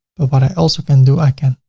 but what i also can do, i can